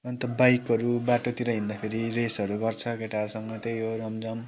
अन्त बाइकहरू बाटोतिर हिँड्दाखेरि रेसहरू गर्छ केटाहरूसँग त्यही हो रमझम